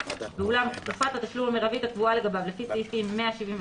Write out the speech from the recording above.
אולם תקופת התשלום המרבית הקבועה לגביו לפי סעיפים 171,